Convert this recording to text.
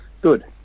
good